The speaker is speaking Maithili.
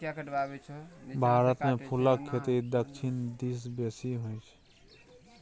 भारतमे फुलक खेती दक्षिण दिस बेसी होय छै